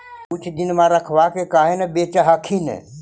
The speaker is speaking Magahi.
कुछ दिनमा रखबा के काहे न बेच हखिन?